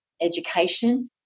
education